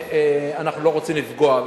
שבהם אנחנו לא רוצים לפגוע.